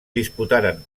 disputaren